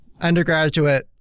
Undergraduate